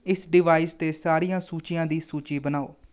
ਇਸ ਡਿਵਾਈਸ 'ਤੇ ਸਾਰੀਆਂ ਸੂਚੀਆਂ ਦੀ ਸੂਚੀ ਬਣਾਓ